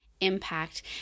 impact